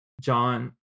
john